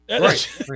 Right